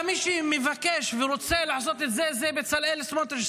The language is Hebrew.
אלא מי שמבקש ורוצה לעשות את זה הוא בצלאל סמוטריץ',